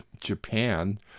Japan